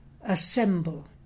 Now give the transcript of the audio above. assemble